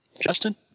Justin